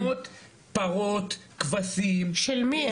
של מי?